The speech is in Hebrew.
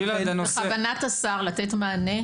בכוונת השר לתת מענה,